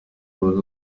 burundu